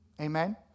Amen